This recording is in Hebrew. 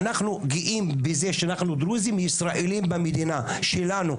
אנחנו גאים בזה שאנחנו דרוזים ישראלים במדינה שלנו,